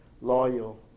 loyal